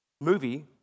movie